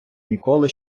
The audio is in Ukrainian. ніколи